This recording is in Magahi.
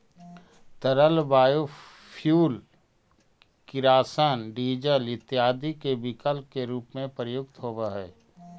तरल बायोफ्यूल किरासन, डीजल इत्यादि के विकल्प के रूप में प्रयुक्त होवऽ हई